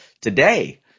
today